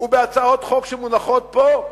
ובהצעות חוק שמונחות פה,